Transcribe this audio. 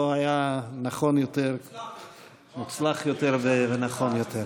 לא היה מוצלח יותר ונכון יותר.